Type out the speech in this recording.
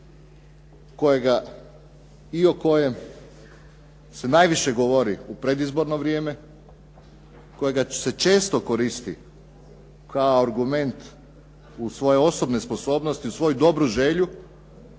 kojega i o kojem se najviše govori u predizborno vrijeme, kojega se često koristi kao argument u svojoj osobnoj sposobnosti u svoju dobru želju,